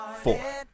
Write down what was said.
four